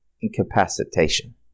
incapacitation